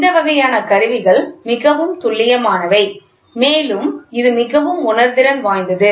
இந்த வகையான கருவிகள் மிகவும் துல்லியமானவை மேலும் இது மிகவும் உணர்திறன் வாய்ந்தது